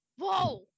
Whoa